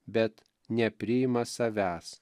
bet nepriima savęs